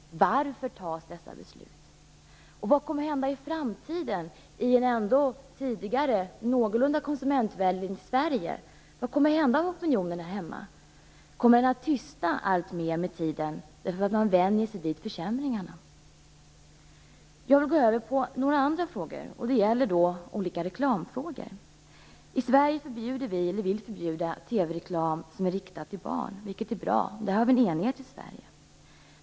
Varför fattas dessa beslut? Vad kommer att hända i framtiden i det tidigare ändå någorlunda konsumentvänliga Sverige? Vad kommer att hända med opinionen hemma? Kommer den att tystna alltmer med tiden därför att man vänjer sig vid försämringarna? Jag går nu över till olika reklamfrågor. I Sverige vill vi förbjuda TV-reklam som är riktad till barn, vilket är bra. Där har vi en enighet i Sverige.